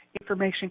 information